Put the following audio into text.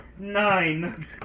Nine